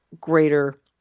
greater